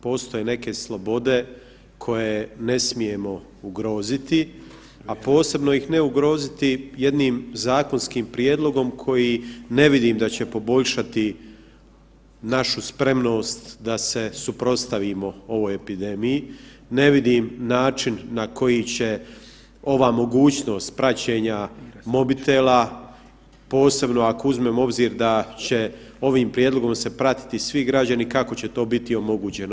Postoje neke slobode koje ne smijemo ugroziti, a posebno ih ne ugroziti jednim zakonskim prijedlogom koji ne vidim da će poboljšati našu spremnost da se suprotstavimo ovoj epidemiji, ne vidim način na koji će ova mogućnost praćenja mobitela, posebno ako uzmemo u obzir da će ovim prijedlogom se pratiti svi građani, kako će to biti omogućeno.